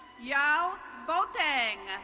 yeah boateng.